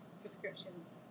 prescriptions